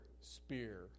spear